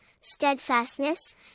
steadfastness